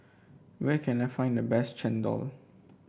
where can I find the best chendol